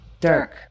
Dirk